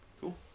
cool